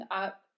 up